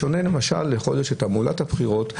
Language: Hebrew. בשונה מתעמולת הבחירות,